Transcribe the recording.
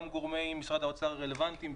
גם גורמי משרד האוצר הרלוונטיים,